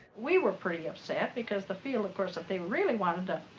we were pretty upset because the field of course that they really wanted to,